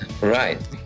Right